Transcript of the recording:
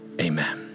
Amen